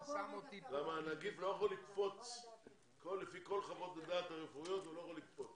אז הוא גם יתהפך כאן וייכנס לקואליציה.